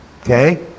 Okay